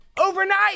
overnight